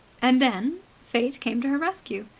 and then fate came to her rescue.